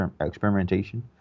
experimentation